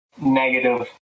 negative